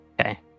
Okay